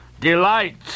Delight